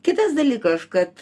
kitas dalykaš kad